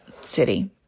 city